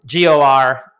GOR